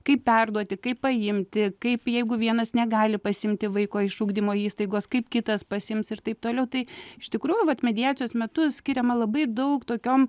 kaip perduoti kaip paimti kaip jeigu vienas negali pasiimti vaiko iš ugdymo įstaigos kaip kitas pasiims ir taip toliau tai iš tikrųjų vat mediacijos metu skiriama labai daug tokiom